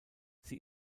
sie